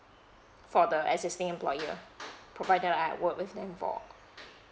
for the existing employer proven that I work with them for